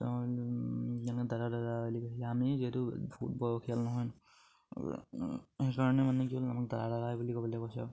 দাদা দাদা বুলি কৈছিলে আমি যিহেতু ফুটবল খেল নহয় সেইকাৰণে মানে কি হ'ল আমাক দাদা দাদাই বুলি ক'বলে কৈছে